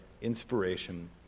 inspiration